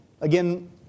again